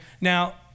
Now